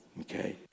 okay